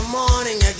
morning